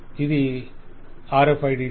ఇది RFID tag